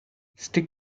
stick